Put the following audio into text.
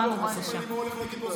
שעה הוא מספר לי מה הוא הולך להגיד לי,